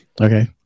Okay